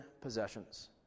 possessions